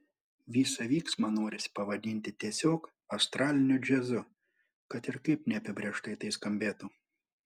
visą vyksmą norisi pavadinti tiesiog astraliniu džiazu kad ir kaip neapibrėžtai tai skambėtų